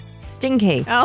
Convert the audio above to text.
stinky